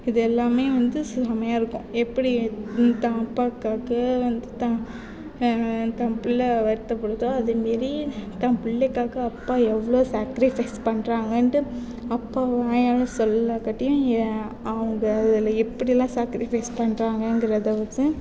இது எல்லாமே வந்து செமையாருக்கும் எப்படி தான் அப்பாவுக்காக வந்து தான் தான் பிள்ளை வருத்தப்படுதோ அதே மாரி தான் பிள்ளைக்காக அப்பா எவ்வளோ சேக்கரிஃபய்ஸ் பண்ணுறாங்கன்ட்டு அப்பா வாயால் சொல்லாங்காட்டியும் ஏ அவங்க அதில் எப்படியெல்லாம் சேக்கரிஃபய்ஸ் பண்ணுறாங்கங்குறத வந்து